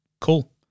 cool